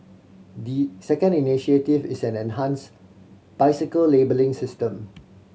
the second initiative is an enhanced bicycle labelling system